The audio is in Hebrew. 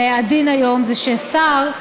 הדין היום הוא ששר כן צריך להתפטר.